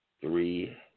Three